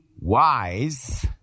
wise